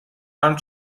امر